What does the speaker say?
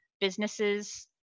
businesses